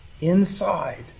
inside